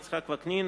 יצחק וקנין,